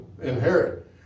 inherit